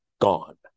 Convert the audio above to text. gone